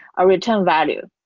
a return value.